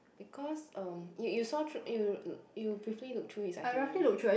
because um you saw through you you briefly look through his itinerary